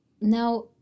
Now